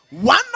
One